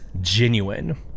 genuine